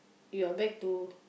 you are back to